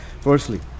Firstly